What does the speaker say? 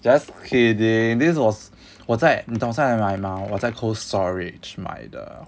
just okay they this was 我在你懂在哪里买吗我在 cold storage 买的